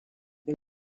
que